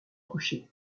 coucher